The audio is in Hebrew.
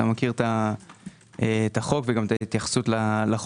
אתה מכיר את החוק ואת ההתייחסות אליו.